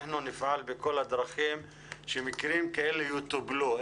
אנחנו נפעל בכל הדרכים שמקרים כאלה יטופלו.